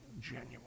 genuine